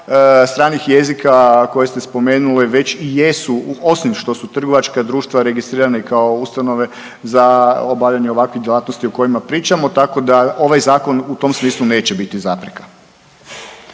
stranih jezika koje ste spomenuli već i jesu u osim što su trgovačka društva registrirane kao ustanove za obavljanje ovakvih djelatnosti o kojima pričamo, tako da ovaj zakon u tom smislu neće biti zapreka.